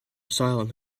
asylum